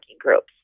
groups